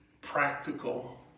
practical